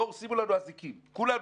בואו שימו לנו אזיקים, כולנו.